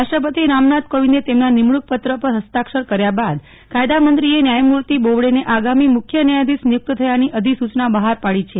રાષ્ટ્રપતિ રામનાથ કોવિંદે તેમના નિમણૂંક પત્ર પર હસ્તાક્ષર કર્યા બાદ કાયદામંત્રીએ ન્યાયમૂર્તિ બોબડેને આગામી મુખ્ય ન્યાયાધીશ નિયુક્ત થયાની અધિસૂચના બહાર પાડી છે